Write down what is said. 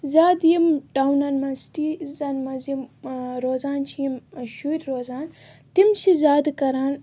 زیادٕ یِم ٹَوٚنَن منٛز سِٹیٖزَن منٛز یِم ٲں روزان چھِ یِم شُرۍ روزان تِم چھِ زیادٕ کران